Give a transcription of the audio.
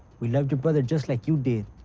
we loved your brother just like you did.